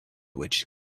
which